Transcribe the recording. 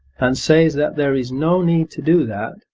and says that there is no need to do that,